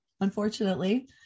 unfortunately